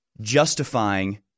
justifying